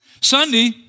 Sunday